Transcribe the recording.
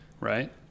right